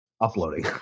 uploading